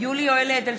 יולי יואל אדלשטיין,